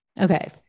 Okay